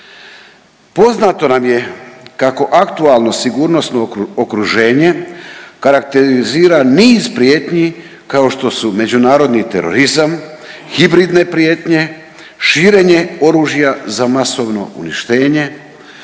Poznato nam je kako aktualno sigurnosno okruženje karakterizira niz prijetnji kao što su međunarodni terorizam, hibridne prijetnje, širenje oružja za masovno uništenje,